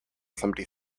somebody